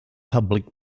public